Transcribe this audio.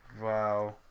Wow